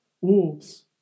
wolves